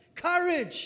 Courage